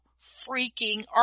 freaking